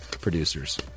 producers